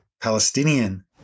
Palestinian